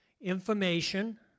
information